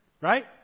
right